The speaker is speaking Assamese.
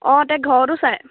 অঁ তেওঁ ঘৰতো চাই